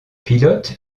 pilotes